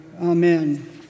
amen